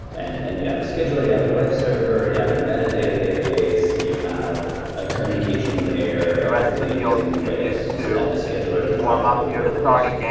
and you have a scheduler, you have a web server, you have a metadata database, you have a communication layer typically using redis so that the scheduler can talk to the workers.